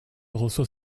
reçoit